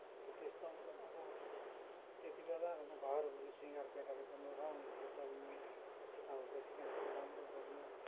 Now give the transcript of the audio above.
अन्त त्यस्तो अब त्यति बेला अब घरहरू सिँगारपटार गर्नु रङ्गहरू दल्नु यताउता सिँगारपटार राम्रो गर्नु